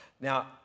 Now